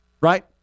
right